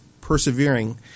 persevering